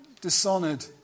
dishonoured